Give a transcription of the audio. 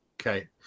Okay